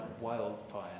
wildfire